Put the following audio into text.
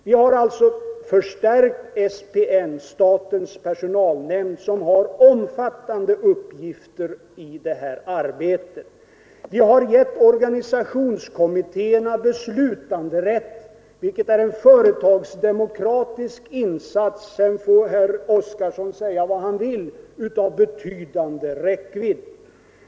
Vi har för det första förstärkt SPN, statens personalnämnd, som har omfattande uppgifter i detta arbete. Vi har för det andra gett organisationskommittéerna beslutanderätt, vilket är en företagsdemokratisk insats — sedan får herr Oskarson säga vad han vill — av betydande räckvidd.